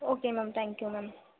okay ma'am thank you ma'am